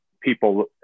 people